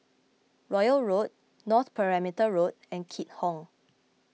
Royal Road North Perimeter Road and Keat Hong